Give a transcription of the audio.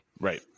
Right